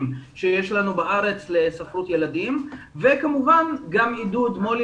שיש לנו בארץ לספרות ילדים וכמובן גם עידוד מו"לים